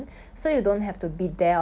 so you need to submit assignments